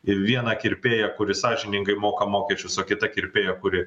ir vieną kirpėją kuris sąžiningai moka mokesčius o kita kirpėja kuri